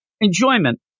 enjoyment